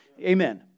Amen